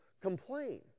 complain